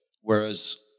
Whereas